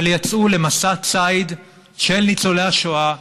יצאו למסע ציד של ניצולי השואה.